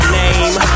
name